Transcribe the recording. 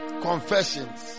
confessions